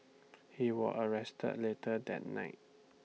he was arrested later that night